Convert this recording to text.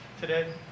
today